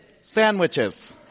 sandwiches